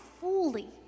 fully